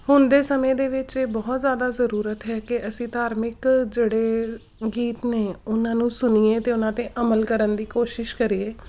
ਹੁਣ ਦੇ ਸਮੇਂ ਦੇ ਵਿੱਚ ਇਹ ਬਹੁਤ ਜ਼ਿਆਦਾ ਜ਼ਰੂਰਤ ਹੈ ਕਿ ਅਸੀਂ ਧਾਰਮਿਕ ਜਿਹੜੇ ਗੀਤ ਨੇ ਉਹਨਾਂ ਨੂੰ ਸੁਣੀਏ ਅਤੇ ਉਹਨਾਂ 'ਤੇ ਅਮਲ ਕਰਨ ਦੀ ਕੋਸ਼ਿਸ਼ ਕਰੀਏ